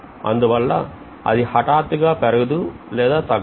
అందువల్ల అది హఠాత్తుగా పెరగదు లేదా తగ్గదు